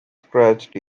scratched